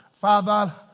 Father